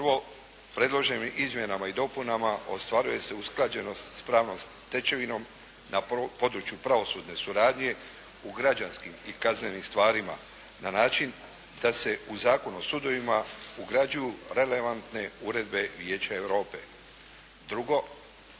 Prvo, predloženim izmjenama i dopunama ostvaruje se usklađenost s pravnom stečevinom na području pravosudne suradnje u građanskim i kaznenim stvarima na način da se u Zakon o sudovima ugrađuju relevantne uredbe Vijeća Europe.